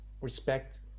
respect